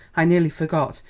i nearly forgot,